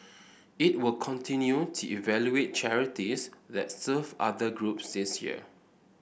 it will continue to evaluate charities that serve other groups this year